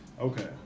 okay